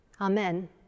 Amen